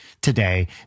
today